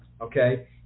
okay